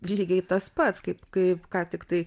lygiai tas pats kaip kaip ką tiktai